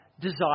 desire